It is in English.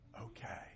okay